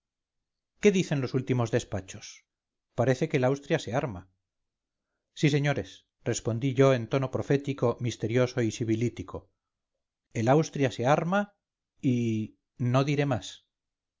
qué dicen los últimos despachos parece que el austria se arma sí señores respondí yo en tono profético misterioso y sibilítico el austria se arma y no diré más